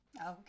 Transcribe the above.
Okay